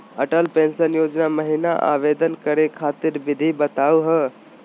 Atal pension योजना महिना आवेदन करै खातिर विधि बताहु हो?